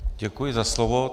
Děkuji za slovo.